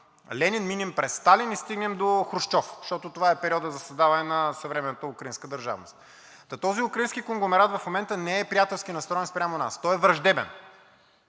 Ленин, минем през Сталин и стигнем до Хрушчов, защото това е периодът за създаване на съвременната украинска държавност. Та този украински конгломерат в момента не е приятелски настроен спрямо нас – той е враждебен!